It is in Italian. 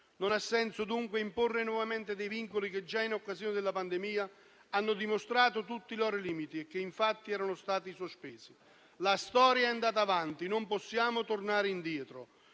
Non ha senso, dunque, imporre nuovamente dei vincoli che, già in occasione della pandemia, hanno dimostrato tutti i loro limiti e infatti erano stati sospesi. La storia è andata avanti: non possiamo tornare indietro.